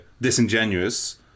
disingenuous